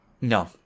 No